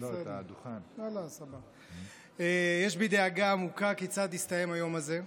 יש בי דאגה עמוקה כיצד יסתיים היום הזה.